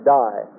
die